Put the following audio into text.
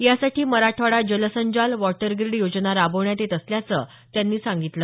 यासाठी मराठवाडा जलसंजाल वॉटरग्रीड योजना राबवण्यात येत असल्याचं त्यांनी सांगितलं